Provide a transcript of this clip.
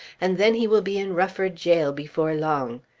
and then he will be in rufford gaol before long.